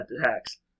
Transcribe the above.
attacks